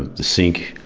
the sink.